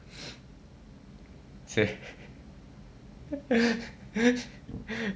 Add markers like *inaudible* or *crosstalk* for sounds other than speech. *laughs*